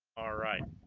all right